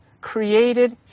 created